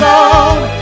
alone